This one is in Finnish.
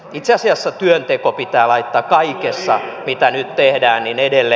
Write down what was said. itse asiassa työnteko pitää laittaa kaikessa mitä nyt tehdään edelle